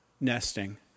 nesting